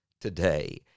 today